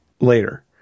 later